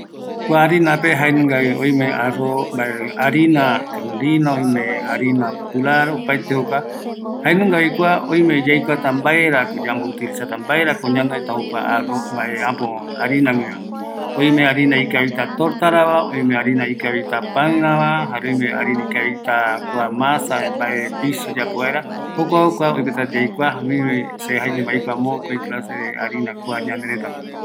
Kua harinareta öimevi oyoavɨ, jare yaikuatavi mbaerako yaiporutavi, mbaeko ñanoeta kua harinaguiva, öime ikavita pan, torta, pizza ravareta, jokuara yaikuta mbanunga harinava